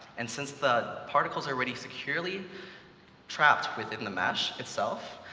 and since the particles are already securely trapped within the mesh itself,